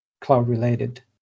cloud-related